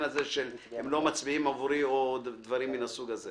זה של "הם לא מצביעים עבורי" או דברים מן הסוג הזה.